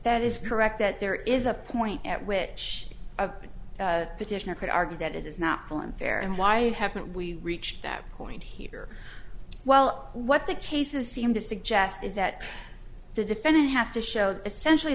that is correct that there is a point at which a petitioner could argue that it is not full and fair and why haven't we reached that point here well what the cases seem to suggest is that the defendant has to show essentially